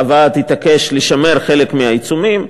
הוועד התעקש לשמר חלק מהעיצומים,